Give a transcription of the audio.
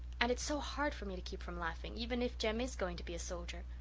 and it's so hard for me to keep from laughing, even if jem is going to be a soldier.